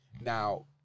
now